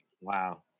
Wow